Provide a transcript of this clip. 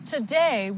Today